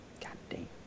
goddamn